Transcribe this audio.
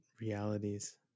realities